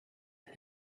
hid